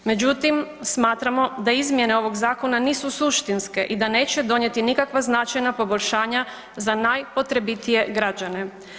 Međutim, smatramo da izmjene ovog zakona nisu suštinske i da neće donijeti nikakva značajna poboljšanja za najpotrebitije građane.